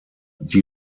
die